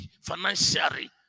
financially